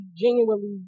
genuinely